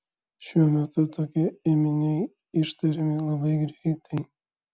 šiuo metu tokie ėminiai ištiriami labai greitai